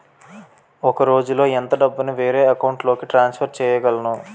ఒక రోజులో ఎంత డబ్బుని వేరే అకౌంట్ లోకి ట్రాన్సఫర్ చేయగలను?